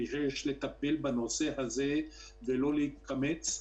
ויש לטפל בנושא הזה ולא להתקמץ.